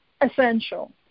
essential